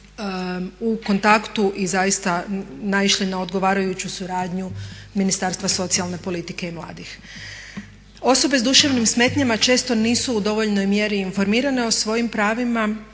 u kontaktu i zaista naišli na odgovarajuću suradnju Ministarstva socijalne politike i mladih. Osobe s duševnim smetnjama često nisu u dovoljnoj mjeri informirane o svojim pravima,